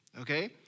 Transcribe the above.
okay